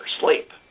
sleep